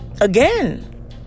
again